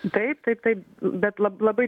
taip taip taip bet labai